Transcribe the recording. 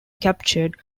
captured